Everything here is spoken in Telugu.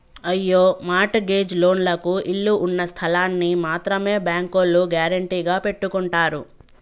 అయ్యో మార్ట్ గేజ్ లోన్లకు ఇళ్ళు ఉన్నస్థలాల్ని మాత్రమే బ్యాంకోల్లు గ్యారెంటీగా పెట్టుకుంటారు